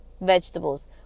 vegetables